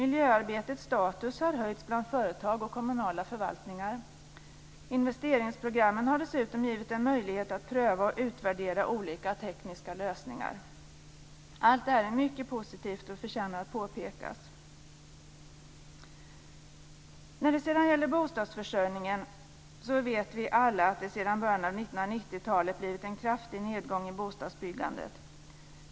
Miljöarbetets status har höjts bland företag och kommunala förvaltningar. Investeringsprogrammen har dessutom givit en möjlighet att pröva och utvärdera olika tekniska lösningar." Allt det här är mycket positivt och förtjänar att påpekas. När det sedan gäller bostadsförsörjningen vet vi alla att det sedan början av 1990-talet blivit en kraftig nedgång i bostadsbyggandet.